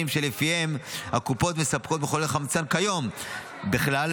שלפיהם הקופות מספקות מחולל חמצן כיום בכלל,